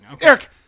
Eric